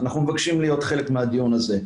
אנחנו מבקשים להיות חלק מהדיון הזה.